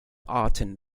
arten